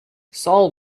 saul